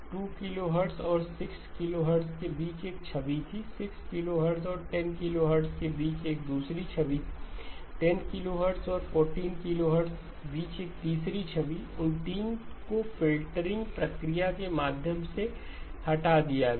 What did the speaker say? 2 kHz और 6 kHz के बीच एक छवि थी 6 kHz और 10 kHz के बीच एक दूसरी छवि 10 kHz और 14 kHz के बीच एक तीसरी छवि उन 3 को फ़िल्टरिंग प्रक्रिया के माध्यम से हटा दिया गया